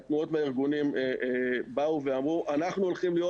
והתנועות והארגונים באו ואמרו שהם הולכים להיות